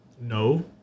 No